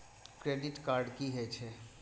Credit card की हे छे?